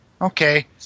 okay